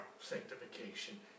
sanctification